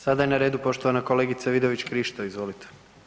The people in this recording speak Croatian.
Sada je na redu poštovana kolegica Vidović Krišto, izvolite.